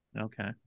Okay